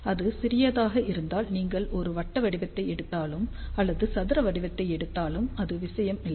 அது சிறியதாக இருந்தால் நீங்கள் ஒரு வட்ட வடிவத்தை எடுத்தாலும் அல்லது சதுர வடிவத்தை எடுத்தாலும் அது விஷயம் இல்லை